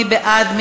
מי בעד?